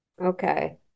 Okay